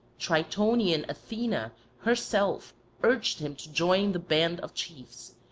tritonian athena herself urged him to join the band of chiefs,